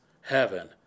heaven